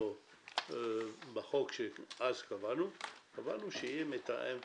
בחוק אז קבענו שיהיה מתאם פעילות.